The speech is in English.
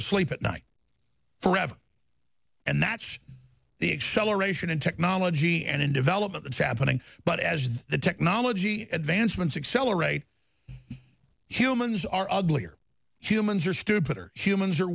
asleep at night forever and that's the excel aeration in technology and in development that's happening but as the technology advancements accelerate humans are ugly or humans are stupid or humans are